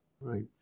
Right